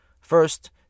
First